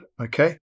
Okay